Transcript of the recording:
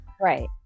Right